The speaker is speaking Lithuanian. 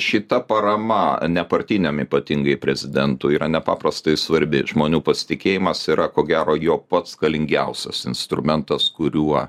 šita parama nepartiniam ypatingai prezidentui yra nepaprastai svarbi žmonių pasitikėjimas yra ko gero jo pats galingiausias instrumentas kuriuo